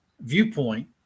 viewpoint